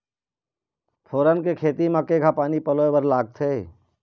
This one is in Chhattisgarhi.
फोरन के खेती म केघा पानी पलोए बर लागथे?